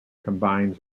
combines